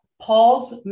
Paul's